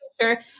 sure